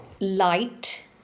Light